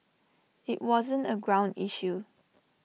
IT wasn't A ground issue